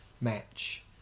match